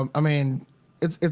um i mean it's it's